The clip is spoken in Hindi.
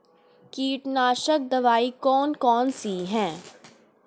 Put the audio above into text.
कीटनाशक दवाई कौन कौन सी हैं?